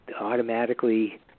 automatically